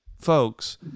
folks